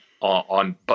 on